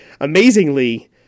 amazingly